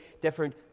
different